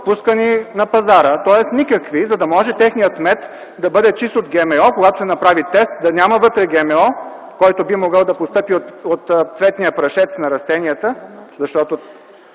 пускани пазара. Тоест никакви, за да може техният мед да бъде чист от ГМО и когато се направи тест, да няма вътре ГМО, който би могъл да постъпи от цветния прашец на растенията, защото